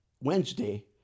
Wednesday